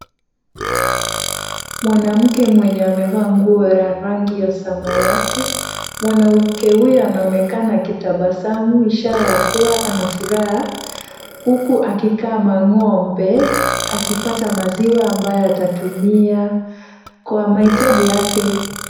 Mwanamke mwenye amevaa nguo la rangi ya samawati. Mwanamke huyu anaonekana akitabasamu ishara ya kuwa anafuraha huku akikama ng'ombe, akipata maziwa ambayo atatumia kwa mahitaji yake.